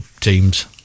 teams